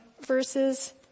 verses